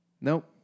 Nope